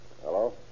Hello